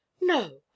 No